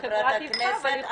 חברת הכנסת,